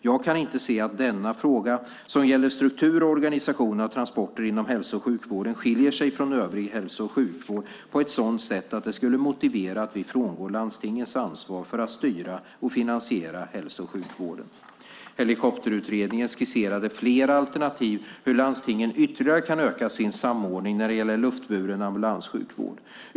Jag kan inte se att denna fråga, som gäller struktur och organisation av transporter inom hälso och sjukvården, skiljer sig från övrig hälso och sjukvård på ett sådant sätt att det skulle motivera att vi frångår landstingens ansvar för att styra och finansiera hälso och sjukvården. Helikopterutredningen skisserade flera alternativ till hur landstingen ytterligare kan öka sin samordning när det gäller luftburen ambulanssjukvård.